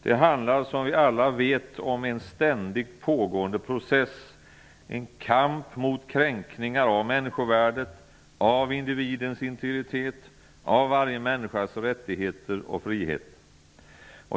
Som vi alla vet handlar det om en ständigt pågående process -- en kamp mot kränkningar av människovärdet, av individens integritet och av varje människas rättigheter och frihet.